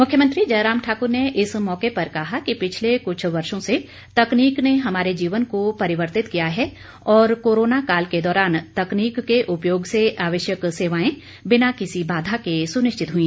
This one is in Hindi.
मुख्यमंत्री जयराम ठाक्र ने इस मौके पर कहा कि पिछले कृछ यर्षो से तकनीक ने हमारे जीवन को परिवर्तित किया है और कोरोना काल के दौरान तकनीक के उपयोग से आयश्यक सेवाएं बिना किसी बाधा के सुनिश्चित हुई